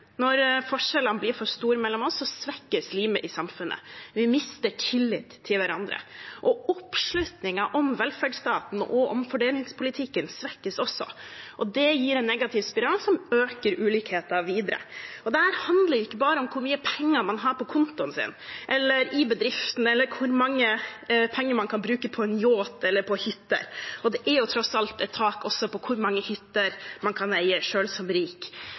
Når forskjellene blir for store mellom oss, svekkes limet i samfunnet. Vi mister tillit til hverandre. Oppslutningen om velferdsstaten og omfordelingspolitikken svekkes også, og det gir en negativ spiral som øker ulikheten videre. Dette handler ikke bare om hvor mye penger man har på kontoen sin eller i bedriften, eller hvor mange penger man kan bruke på en yacht eller på hytter, og det er tross alt et tak også på hvor mange hytter man kan eie selv som rik.